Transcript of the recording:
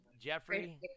Jeffrey